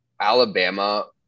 Alabama